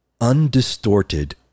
undistorted